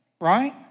right